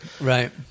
Right